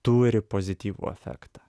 turi pozityvų efektą